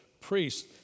priests